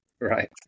Right